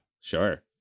sure